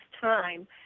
time